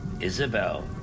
Isabel